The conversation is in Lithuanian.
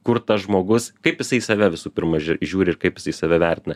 kur tas žmogus kaip jisai į save visų pirma žiūri ir kaip jisai save vertina